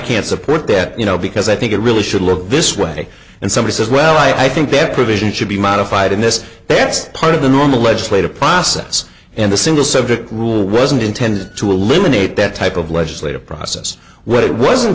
can't support that you know because i think it really should look this way and somebody says well i think that provision should be modified in this that's part of the normal legislative process and the single subject rule wasn't intended to eliminate that type of legislative process what it was